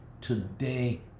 today